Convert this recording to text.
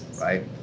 right